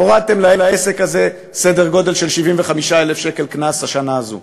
הורדתם לעסק הזה סדר גודל של 75,000 שקל קנס השנה הזו.